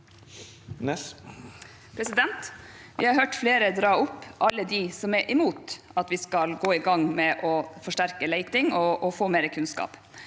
Vi har hørt flere dra opp alle dem som er imot at vi skal gå i gang med å forsterke leting og få mer kunnskap,